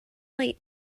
late